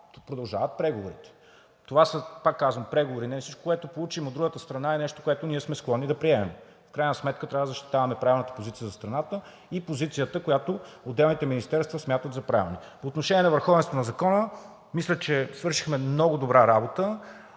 продължават преговорите. Пак казвам, това са преговори и не всичко, което получим от другата страна, е нещо, което ние сме склонни да приемем. В крайна сметка трябва да защитаваме правилната позиция за страната и позицията, която отделните министерства смятат за правилна. По отношение на върховенството на закона мисля, че свършихме много добра работа.